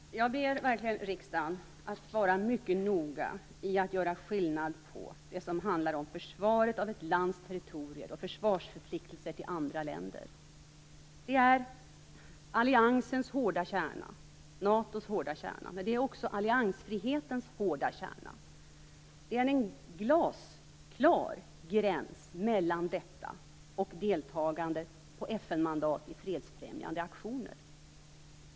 Herr talman! Jag ber verkligen riksdagen att vara mycket noga i att göra skillnad på det som handlar om försvaret av ett lands territorium och försvarsförpliktelser till andra länder. Det är alliansens, NATO:s, hårda kärna. Men det är också alliansfrihetens hårda kärna. Det är en glasklar gräns mellan detta och deltagandet på FN-mandat i fredsfrämjande aktioner.